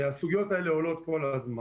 הסוגיות האלה עולות כל הזמן,